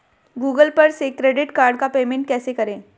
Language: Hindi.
गूगल पर से क्रेडिट कार्ड का पेमेंट कैसे करें?